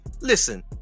Listen